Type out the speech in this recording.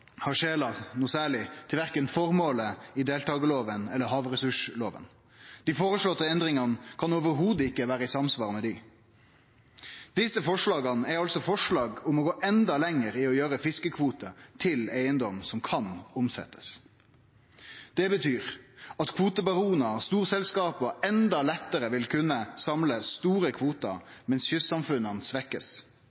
kvotar skal no i større grad skje utan innblanding frå myndigheitene si side. Departementet kan ikkje ha tatt særleg omsyn verken til føremålet i deltakarlova eller til havressurslova. Dei føreslåtte endringane kan absolutt ikkje vere i samsvar med dei. Desse forslaga er altså forslag om å gå enda lenger i å gjere fiskekvotar til eigedom som kan omsetjast. Det betyr at kvotebaronar og store